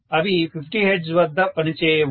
అవి 50 హెర్ట్జ్ వద్ద పనిచేయవు